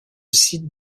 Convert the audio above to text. site